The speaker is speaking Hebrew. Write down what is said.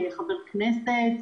חבר כנסת,